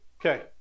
Okay